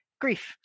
Grief